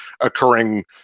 occurring